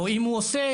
או אם הוא עושה,